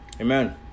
Amen